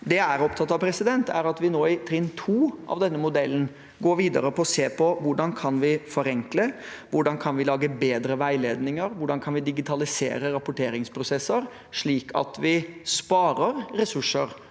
Det jeg er opptatt av, er at vi nå i trinn 2 av denne modellen går videre med å se på hvordan vi kan forenkle, hvordan vi kan lage bedre veiledninger, hvordan vi kan digitalisere rapporteringsprosesser, slik at vi sparer ressurser